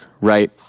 right